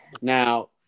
Now